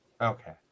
okay